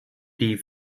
die